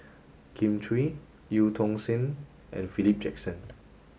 Kin Chui Eu Tong Sen and Philip Jackson